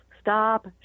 Stop